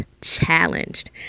challenged